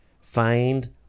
Find